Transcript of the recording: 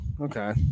okay